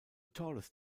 tallest